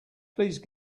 please